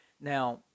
Now